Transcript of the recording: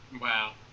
wow